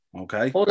okay